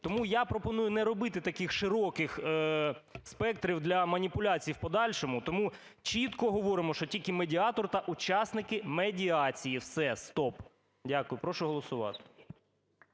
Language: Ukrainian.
Тому я пропоную не робити таких широких спектрів для маніпуляцій в подальшому, тому чітко говоримо, що тільки медіатор та учасники медіації. Все. Стоп. Дякую. Прошу голосувати.